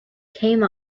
came